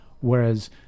Whereas